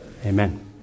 Amen